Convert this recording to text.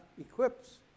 equips